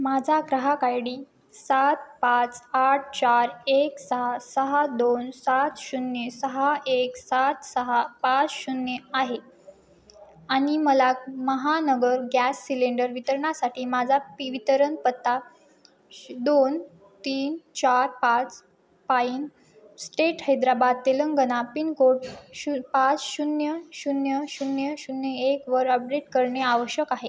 माझा ग्राहक I D सात पाच आठ चार एक सहा सहा दोन सात शून्य सहा एक सात सहा पाच शून्य आहे आणि मला महानगर गॅस सिलेंडर वितरणासाठी माझा पी वितरण पत्ता श दोन तीन चार पाच pine state Hyderabad Telangana pincode श पाच शून्य शून्य शून्य शून्य एकवर अपडेट करणे आवश्यक आहे